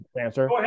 answer